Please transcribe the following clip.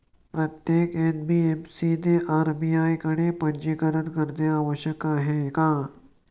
प्रत्येक एन.बी.एफ.सी ने आर.बी.आय कडे पंजीकरण करणे आवश्यक आहे का?